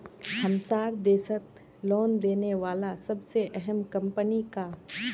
हमसार देशत लोन देने बला सबसे अहम कम्पनी क